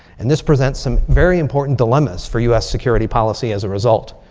and this presents some very important dilemmas for us security policy as a result.